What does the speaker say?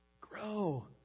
grow